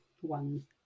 one